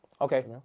okay